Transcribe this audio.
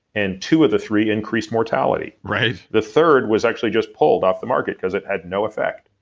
and two of the three increased mortality right the third was actually just pulled off the market, cause it had no effect.